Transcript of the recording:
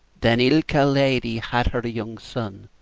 then ilka lady had her young son,